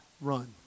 run